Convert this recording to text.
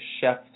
chef